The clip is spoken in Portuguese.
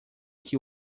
que